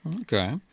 Okay